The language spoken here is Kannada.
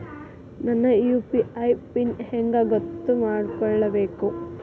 ನನ್ನ ಯು.ಪಿ.ಐ ಪಿನ್ ಹೆಂಗ್ ಗೊತ್ತ ಮಾಡ್ಕೋಬೇಕು?